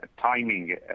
timing